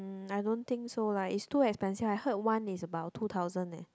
um I don't think so lah it's too expensive I heard one is about two thousand eh